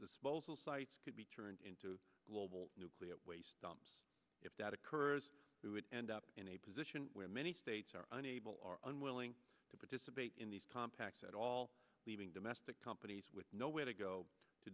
disposal sites could be turned into a global nuclear waste dump if that occurs we would end up in a position where many states are unable or unwilling to participate in these tom packs at all leaving domestic companies with nowhere to go to